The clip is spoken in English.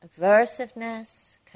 aversiveness